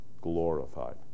glorified